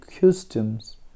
customs